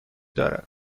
دارد